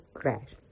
crash